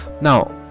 Now